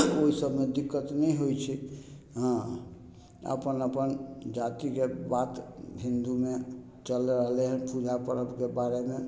ओइ सबमे दिक्कत नहि होइ छै हँ अपन अपन जातिके बात हिन्दूमे चलि रहलइ हइ पूरा पर्वके बारेमे